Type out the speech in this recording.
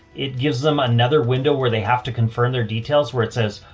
it gives them another window where they have to confirm their details, where it says,